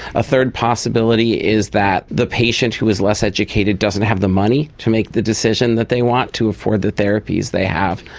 a third possibility is that the patient who is less educated doesn't have the money to make the decision that they want, to afford the therapies they have.